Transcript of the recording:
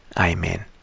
Amen